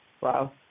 Wow